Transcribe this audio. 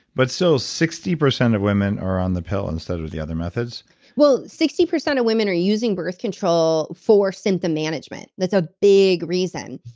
but still, so sixty percent of women are on the pill instead of of the other methods well, sixty percent of women are using birth control for symptom management, that's a big reason.